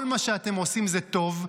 כל מה שאתם עושים זה טוב,